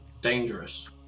dangerous